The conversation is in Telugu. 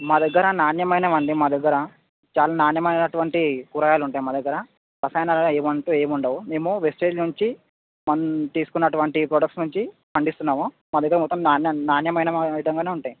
మా దగ్గర నాణ్యమైనవి అండి మా దగ్గర చాలా నాణ్యమైనటువంటి కూరగాయలు ఉంటాయి మా దగ్గర రసాయనాలు అవి అంటూ ఏమి ఉండవు మేము వేస్టేజ్ నుంచి తీసుకొని అటువంటి ప్రొడక్ట్స్ నుంచి పండిస్తున్నాము మా దగ్గర మొత్తం నాణ్య నాణ్యమైన ఐటెంగానే ఉంటాయి